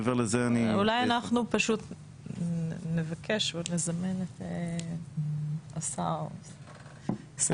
אולי אנחנו פשוט נבקש או נזמן את שר האוצר,